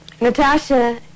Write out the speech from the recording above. Natasha